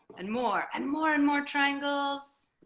and more and more and more triangles